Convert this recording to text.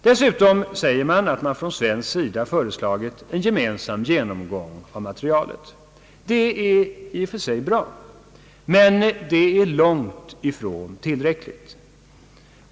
Dessutom har man från svensk sida föreslagit en gemensam genomgång av materialet. Detta är i och för sig bra, men långtifrån tillräckligt.